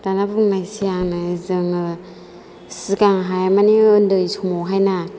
दाना बुंनोसै आङो जोङो सिगांहाय माने उन्दै समावहायना